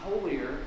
holier